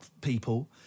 people